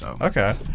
Okay